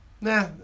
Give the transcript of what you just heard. nah